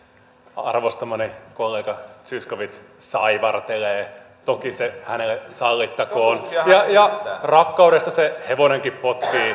arvostamani kollega zyskowicz saivartelee toki se hänelle sallittakoon ja ja rakkaudesta se hevonenkin potkii